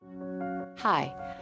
Hi